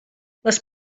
les